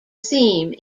theme